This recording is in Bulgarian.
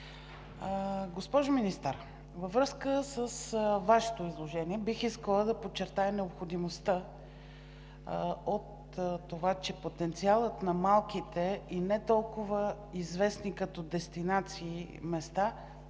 госпожо Министър, във връзка с Вашето изложение бих искала да подчертая необходимостта от това, че потенциалът на малките и не толкова известни като дестинации места